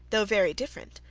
though very different,